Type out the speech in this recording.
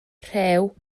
rhew